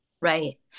Right